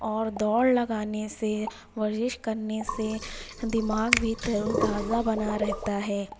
اور دوڑ لگانے سے ورزش کرنے سے دماغ بھی تر و تازہ بنا رہتا ہے